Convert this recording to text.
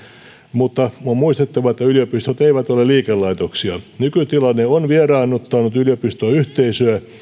mutta on muistettava että yliopistot eivät ole liikelaitoksia nykytilanne on vieraannuttanut yliopistoyhteisöä